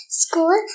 school